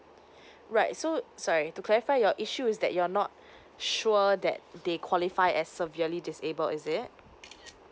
right so sorry to clarify your issues that you're not sure that they qualify as severely disabled is it